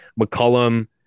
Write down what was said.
McCollum